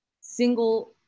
single